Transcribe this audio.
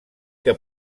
que